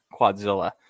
Quadzilla